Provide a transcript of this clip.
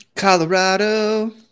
Colorado